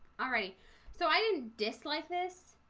alright so i didn't dislike this